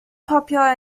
popular